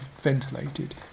ventilated